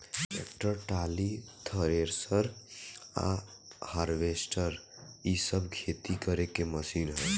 tractor, trolley, thresher आ harvester इ सब खेती करे के मशीन ह